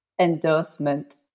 endorsement